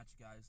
guys